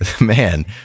Man